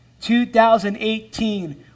2018